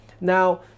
Now